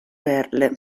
perle